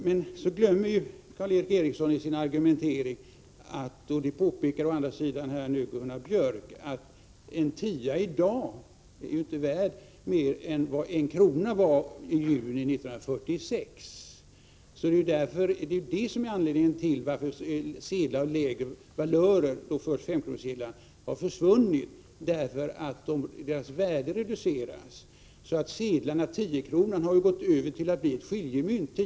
Men så glömmer Karl Erik Eriksson i sin argumentering — det påpekades å andra sidan av Gunnar Biörck i Värmdö -— att en tia i dag inte är värd mera än vad en krona var i juni 1946. Det är ju detta som är anledningen till att sedlar av lägre valör, först 5-kronorssedeln, försvinner. Deras värde reduceras. 10-kronorssedeln har i realiteten gått över till att bli skiljemynt.